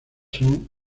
son